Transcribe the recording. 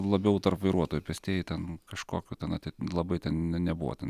labiau tarp vairuotojų pėstieji ten kažkokių tena labai ten ne nebuvo ten